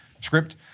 script